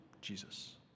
Jesus